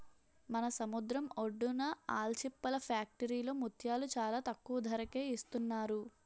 మన సముద్రం ఒడ్డున ఆల్చిప్పల ఫ్యాక్టరీలో ముత్యాలు చాలా తక్కువ ధరకే ఇస్తున్నారు